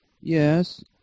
Yes